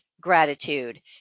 gratitude